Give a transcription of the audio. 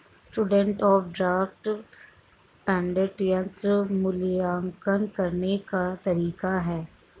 standard of deferred payment ऋण मूल्यांकन करने का तरीका है